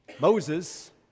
Moses